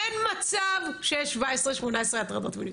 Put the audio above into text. אין מצב שיש 17-18 הטרדות מיניות,